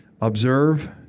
observe